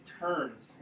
turns